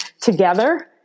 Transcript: together